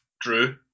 Drew